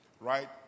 Right